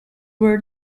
were